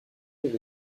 avec